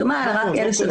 שיהיו עוד